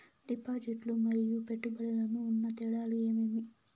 డిపాజిట్లు లు మరియు పెట్టుబడులకు ఉన్న తేడాలు ఏమేమీ?